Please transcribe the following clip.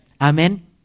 Amen